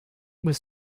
was